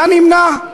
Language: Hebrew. היה נמנע.